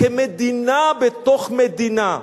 כמדינה בתוך מדינה.